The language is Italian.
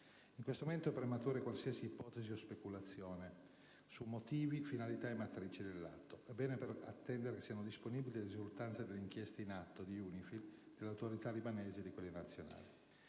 In questo momento è prematura qualsiasi ipotesi o speculazione su motivi specifici, finalità e matrici dell'atto. E' bene per questo attendere che siano disponibili le risultanze delle inchieste in atto di UNIFIL, delle autorità libanesi e di quelle nazionali.